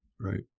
Right